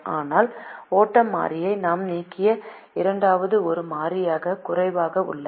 ஆனால் ஓட்டம் மாறியை நாம் நீக்கிய இரண்டாவது ஒரு மாறி குறைவாக உள்ளது